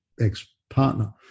ex-partner